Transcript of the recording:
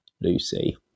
Lucy